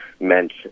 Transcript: meant